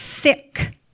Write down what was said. thick